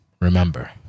remember